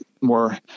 more